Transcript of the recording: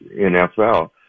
NFL